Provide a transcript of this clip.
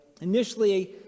initially